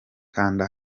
kanda